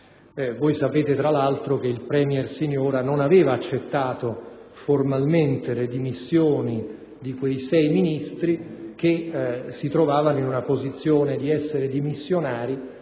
sciiti. Tra l'altro, il premier Siniora non aveva accettato formalmente le dimissioni di quei sei Ministri, che si trovavano quindi nella posizione di essere dimissionari,